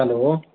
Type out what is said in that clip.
hello